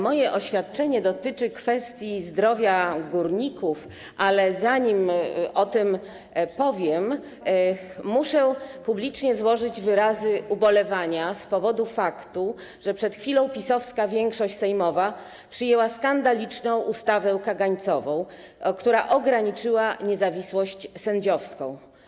Moje oświadczenie dotyczy kwestii zdrowia górników, ale zanim o tym powiem, muszę publicznie złożyć wyrazy ubolewania z powodu faktu, że przed chwilą PiS-owska większość sejmowa przyjęła skandaliczną ustawę kagańcową, która ograniczyła niezawisłość sędziowską.